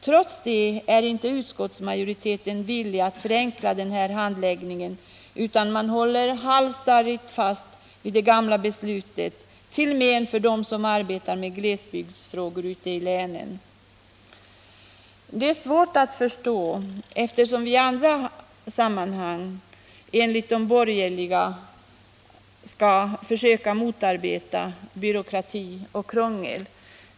Trots detta är inte utskottsmajoriteten villig att förenkla handläggningsordningen, utan håller halsstarrigt fast vid det gamla beslutet — till men för dem som arbetar med glesbygdsfrågor ute i länen. Det här är svårt att förstå eftersom vi i andra sammanhang enligt de borgerliga skall motarbeta byråkrati och krångel.